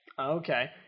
Okay